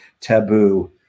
taboo